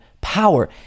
power